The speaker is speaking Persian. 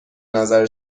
نظر